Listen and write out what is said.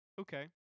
okay